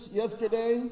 yesterday